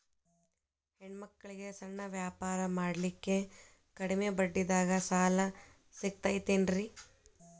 ಹೆಣ್ಣ ಮಕ್ಕಳಿಗೆ ಸಣ್ಣ ವ್ಯಾಪಾರ ಮಾಡ್ಲಿಕ್ಕೆ ಕಡಿಮಿ ಬಡ್ಡಿದಾಗ ಸಾಲ ಸಿಗತೈತೇನ್ರಿ?